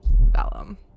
Vellum